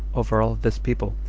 over all this people,